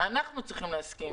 אנחנו צריכים להסכים.